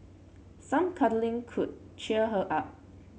some cuddling could cheer her up